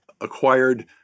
acquired